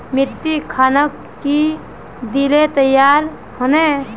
मिट्टी खानोक की दिले तैयार होने?